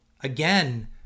again